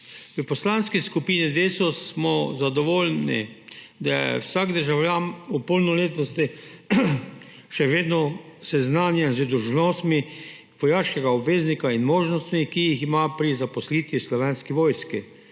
V Poslanski skupini Desus smo zadovoljni, da je vsak državljan ob polnoletnosti še vedno seznanjen z dolžnostmi vojaškega obveznika in možnostmi, ki jih ima pri zaposlitvi v Slovenski vojski.